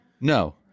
No